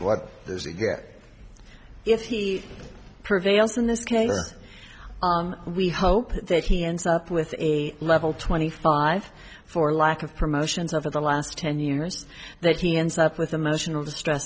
get if he prevails in this case we hope that he ends up with a level twenty five for lack of promotions over the last ten years that